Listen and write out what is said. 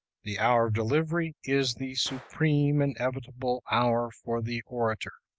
the hour of delivery is the supreme, inevitable hour for the orator.